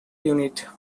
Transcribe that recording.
unit